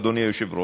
אדוני היושב-ראש,